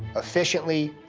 efficiently.